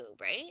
right